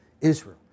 Israel